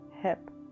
hip